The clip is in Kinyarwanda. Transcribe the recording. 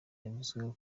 yavuzweho